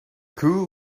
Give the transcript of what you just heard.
crew